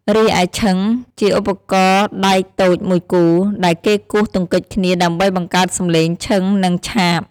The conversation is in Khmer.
រីឯឈិង ជាឧបករណ៍ដែកតូចមួយគូ ដែលគេគោះទង្គិចគ្នាដើម្បីបង្កើតសំឡេង ឈិង និង ឆាប។